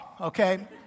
okay